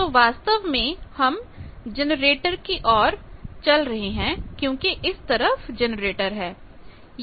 तो वास्तव में हम जनरेटर की और चल रहे हैं क्योंकि इस तरफ जनरेटर है